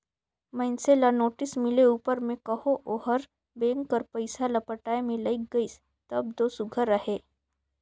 मइनसे ल नोटिस मिले उपर में कहो ओहर बेंक कर पइसा ल पटाए में लइग गइस तब दो सुग्घर अहे